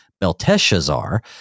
belteshazzar